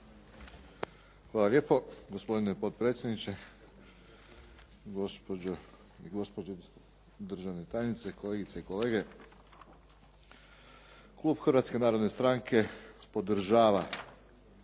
Hvala lijepo gospodine potpredsjedniče, gospođo i gospođo državna tajnice, kolegice i kolege. Klub Hrvatske narodne stranke podržava